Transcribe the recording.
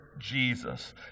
Jesus